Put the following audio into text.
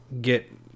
get